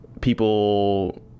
people